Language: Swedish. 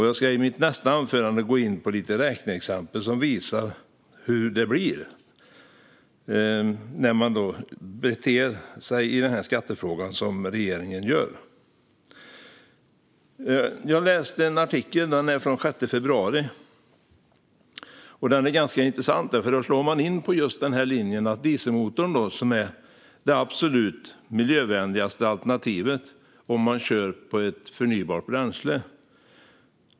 Jag ska i mitt nästa anförande gå in på några räkneexempel som visar hur det blir när man beter sig i den här skattefrågan som regeringen gör. Jag läste en artikel från den 6 februari som är ganska intressant. Där slår man in på linjen att dieselmotorn är det absolut miljövänligaste alternativet om den körs på förnybart bränsle.